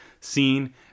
scene